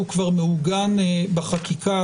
הוא כבר מעוגן בחקיקה,